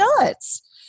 nuts